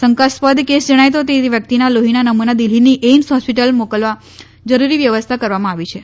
શંકાસ્પદ કેસ જણાય તો તે વ્યક્તિના લોહીના નમૂના દિલ્હીની એઈમ્સ હોસ્પિટલ મોકલવા જરૂરી વ્યવસ્થા કરવામાં આવી છે